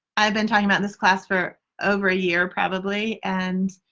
i have been talking about this class for over a year probably and